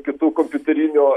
kitų kompiuterinių